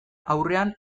aurrean